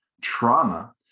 trauma